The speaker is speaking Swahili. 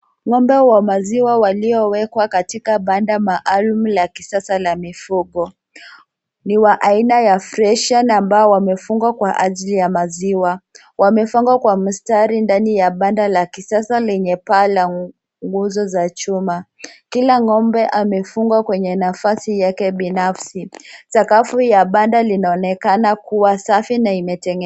Ng'ombe wa maziwa waliowekwa katika banda maalum la kisasa la mifugo. Ni wa aina ya friesian ambao wamefungwa kwa ajili ya maziwa. Wamefungwa kwa mistari ndani ya banda la kisasa lenye paa la nguzo za chuma. Kila ng'ombe amefungwa kwenye nafasi yake binafsi. Sakafu ya banda linaonekana kuwa safi na imetengenezwa.